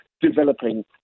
developing